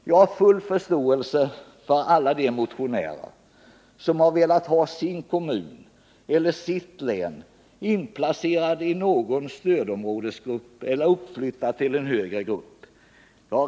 Jag har full förståelse för alla de motionärer som har velat ha sin kommun och sitt län inplacerade i någon stödområdesgrupp eller uppflyttade till en högre grupp.